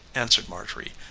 answered marjorie.